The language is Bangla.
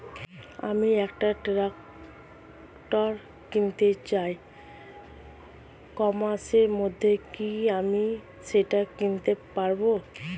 আমি একটা ট্রাক্টর কিনতে চাই ই কমার্সের মাধ্যমে কি আমি সেটা কিনতে পারব?